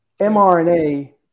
mRNA